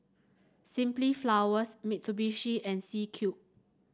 Simply Flowers Mitsubishi and C Cube